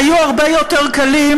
היו הרבה יותר קלים,